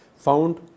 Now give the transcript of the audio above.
found